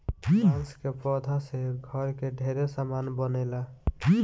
बांस के पौधा से घर के ढेरे सामान बनेला